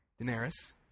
Daenerys